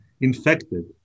infected